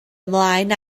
ymlaen